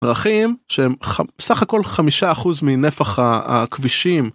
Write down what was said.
דרכים שהם סך הכל חמישה אחוז מנפח הכבישים.